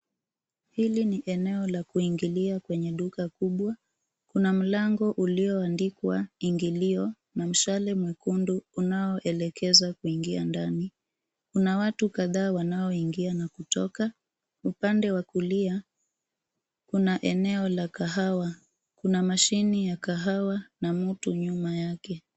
Hili ni eneo la kuingilia kwenye duka kubwa kuna mlango ulioandikwa ingilio na mshale mwekundu unaoelekeza kuingia ndani kuna watu kadhaa wanaoingia na kutoka upande wa kulia kuna eneo la kahawa kuna mashine ya kahawa na mtu nyuma yake.